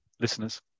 listeners